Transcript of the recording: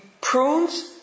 prunes